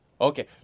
Okay